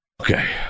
Okay